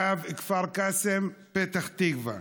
קו כפר קאסם פתח תקווה,